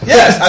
Yes